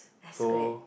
so